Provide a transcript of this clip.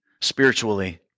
spiritually